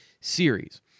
series